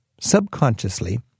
Subconsciously